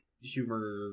humor